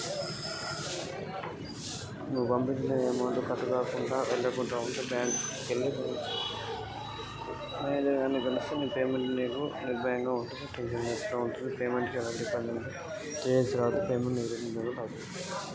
నేను చేసిన పేమెంట్ అవ్వకుండా అకౌంట్ నుంచి డబ్బులు కట్ అయితే ఏం చేయాలి?